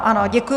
Ano, děkuji.